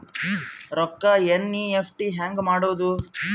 ರೊಕ್ಕ ಎನ್.ಇ.ಎಫ್.ಟಿ ಹ್ಯಾಂಗ್ ಮಾಡುವುದು?